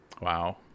Wow